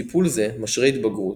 טיפול זה משרה התבגרות,